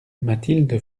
mathilde